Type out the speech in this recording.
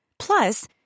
Plus